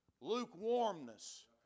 Lukewarmness